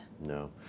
No